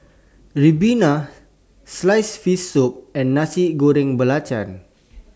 Ribena Sliced Fish Soup and Nasi Goreng Belacan